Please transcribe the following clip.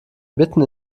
mitten